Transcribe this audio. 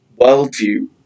worldview